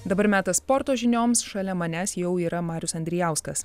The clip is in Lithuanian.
dabar metas sporto žinioms šalia manęs jau yra marius andrijauskas